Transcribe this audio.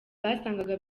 basangaga